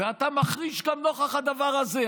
ואתה מחריש גם נוכח הדבר הזה.